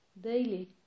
daily